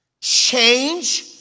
Change